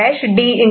D1 E'